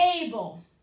able